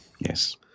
yes